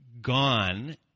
gone